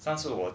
上次我